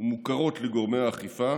ומוכרות לגורמי האכיפה.